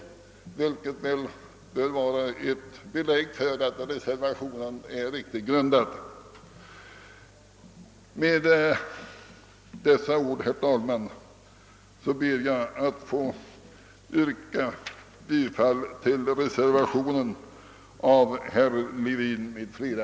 Detta bör väl vara ett belägg för att reservationen är sakligt grundad. Med dessa ord ber jag, herr talman, att få yrka bifall till reservationen av herr Levin m.fl.